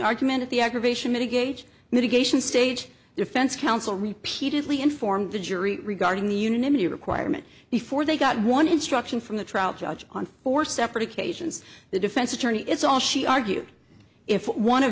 argument of the aggravation mitigation mitigation stage defense counsel repeatedly informed the jury regarding the unanimity requirement before they got one instruction from the trial judge on four separate occasions the defense attorney it's all she argued if one of